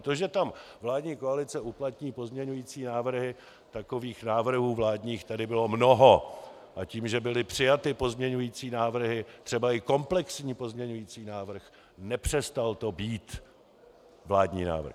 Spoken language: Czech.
To, že tam vládní koalice uplatní pozměňovací návrhy takových návrhů vládních tady bylo mnoho a tím, že byly přijaty pozměňovací návrhy, třeba i komplexní pozměňovací návrh, nepřestal to být vládní návrh.